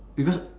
because